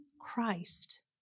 Christ